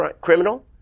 criminal